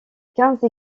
quinze